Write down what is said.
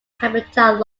habitat